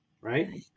Right